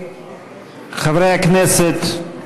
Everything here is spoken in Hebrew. חברי הכנסת,